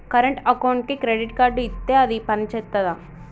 Current అకౌంట్కి credit card ఇత్తే అది పని చేత్తదా?